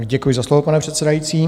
Děkuji za slovo, pane předsedající.